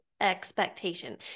expectation